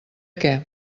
què